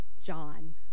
John